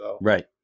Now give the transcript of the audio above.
Right